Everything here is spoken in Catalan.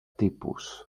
tipus